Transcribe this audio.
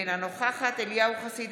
אינה נוכחת אליהו חסיד,